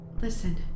Listen